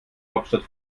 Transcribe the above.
hauptstadt